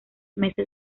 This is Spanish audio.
meses